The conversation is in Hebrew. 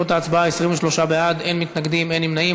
23 בעד, אין מתנגדים, אין נמנעים.